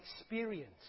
experience